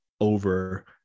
over